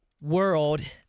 world